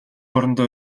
орондоо